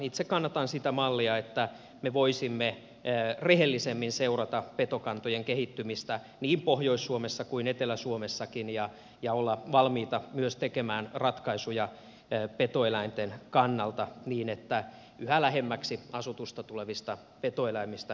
itse kannatan sitä mallia että me voisimme rehellisemmin seurata petokantojen kehittymistä niin pohjois suomessa kuin etelä suomessakin ja olla valmiita myös tekemään ratkaisuja petoeläinten kannalta niin että yhä lähemmäksi asutusta tulevista petoeläimistä päästäisiin eroon